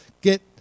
get